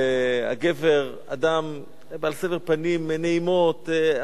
הגבר אדם בעל סבר פנים נעימות,